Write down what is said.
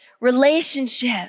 Relationship